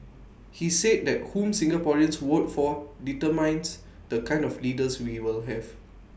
he said that whom Singaporeans vote for determines the kind of leaders we will have